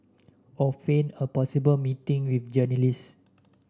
or feign a possible meeting with journalist